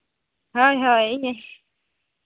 ᱦᱳᱭ ᱦᱳᱭ